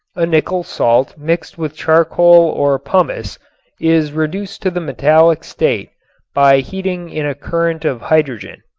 a nickel salt mixed with charcoal or pumice is reduced to the metallic state by heating in a current of hydrogen.